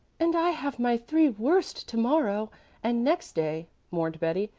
and i have my three worst to-morrow and next day, mourned betty,